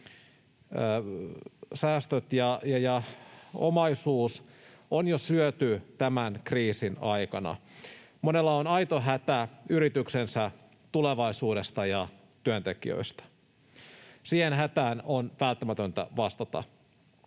säästöt ja omaisuus on jo syöty tämän kriisin aikana. Monella on aito hätä yrityksensä tulevaisuudesta ja työntekijöistä. Siihen hätään on välttämätöntä vastata.